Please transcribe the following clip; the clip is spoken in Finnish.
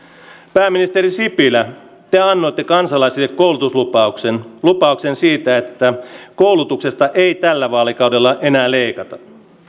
pääministeri sipilä te annoitte kansalaisille koulutuslupauksen lupauksen siitä että koulutuksesta ei tällä vaalikaudella enää leikata